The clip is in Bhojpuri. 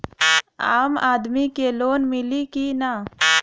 आम आदमी के लोन मिली कि ना?